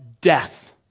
death